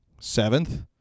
seventh